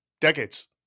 decades